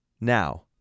Now